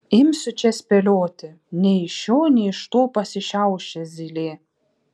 imsiu čia spėlioti nei iš šio nei iš to pasišiaušė zylė